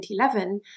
2011